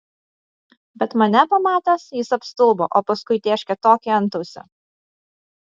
bet mane pamatęs jis apstulbo o paskui tėškė tokį antausį